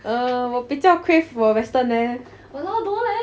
uh 我比较 crave 我的 western leh